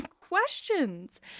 questions